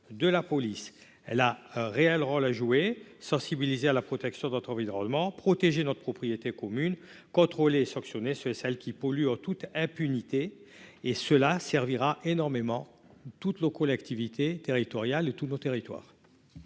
de la police. Celle-ci a un réel rôle à jouer dans ce domaine : sensibiliser à la protection de notre environnement ; protéger notre propriété commune ; contrôler et sanctionner ceux et celles qui polluent en toute impunité. Ces mesures seront très utiles aux collectivités territoriales et à tous nos territoires.